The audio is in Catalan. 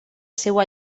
seua